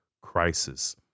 crisis